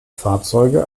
fahrzeuge